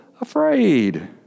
afraid